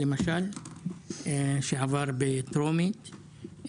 שעבר בטרומית,